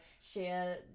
share